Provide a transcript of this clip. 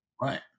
Right